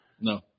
No